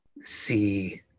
see